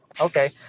Okay